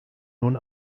nun